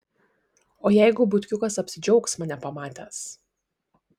o jeigu butkiukas apsidžiaugs mane pamatęs